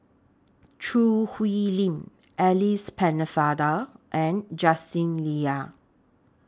Choo Hwee Lim Alice Pennefather and Justin Lean